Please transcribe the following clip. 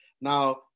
Now